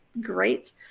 great